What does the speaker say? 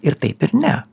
ir taip ir ne